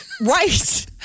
Right